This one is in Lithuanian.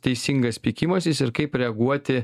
teisingas pykimasis ir kaip reaguoti